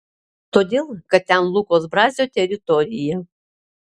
todėl kad ten lukos brazio teritorija